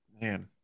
Man